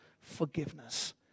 forgiveness